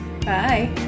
Bye